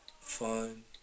fun